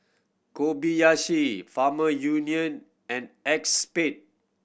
Kobayashi Farmer Union and Acexspade